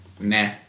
Nah